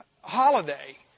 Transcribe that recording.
holiday